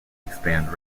expand